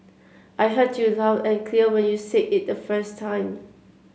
I heard you loud and clear when you said it the first time